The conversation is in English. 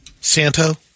Santo